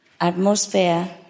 atmosphere